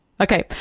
Okay